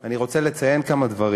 אני רוצה לציין כמה דברים,